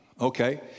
Okay